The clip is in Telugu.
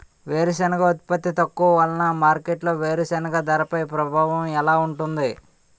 వేరుసెనగ ఉత్పత్తి తక్కువ వలన మార్కెట్లో వేరుసెనగ ధరపై ప్రభావం ఎలా ఉంటుంది?